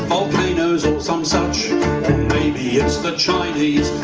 volcanoes or some suchor maybe it's the chinese,